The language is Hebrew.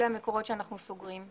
אלה המקורות שאנחנו סוגרים.